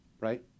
right